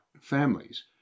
families